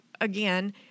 again